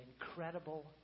incredible